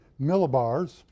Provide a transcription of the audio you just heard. millibars